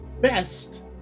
best